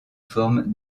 forme